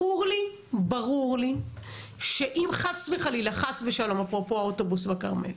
ברור לי שאם חס וחלילה, אפרופו האוטובוס בכרמל,